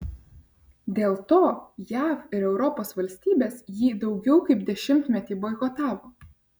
dėl to jav ir europos valstybės jį daugiau kaip dešimtmetį boikotavo